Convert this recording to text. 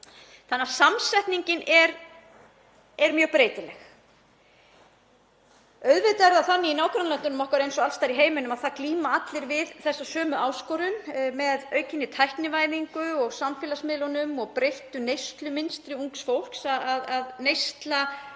Þannig að samsetningin er mjög breytileg. Auðvitað er það þannig í nágrannalöndum okkar eins og alls staðar í heiminum að það glíma allir við þessa sömu áskorun, með aukinni tæknivæðingu og samfélagsmiðlum og breyttu neyslumynstri ungs fólks, að neysla okkar